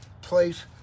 place